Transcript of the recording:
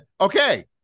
Okay